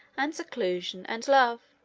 and seclusion, and love